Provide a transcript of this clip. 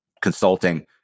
consulting